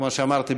כמו שאמרתי,